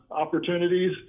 opportunities